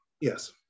Yes